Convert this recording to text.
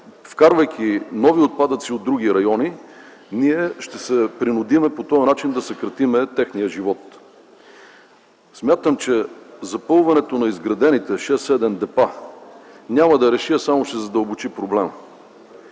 Вкарвайки нови отпадъци от други райони, ние ще се принудим по този начин да съкратим техния живот. Смятам, че запълването на изградените 6-7 депа, няма да реши, а само ще задълбочи проблема.